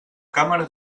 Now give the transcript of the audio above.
càmera